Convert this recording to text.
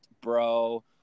bro